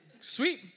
sweet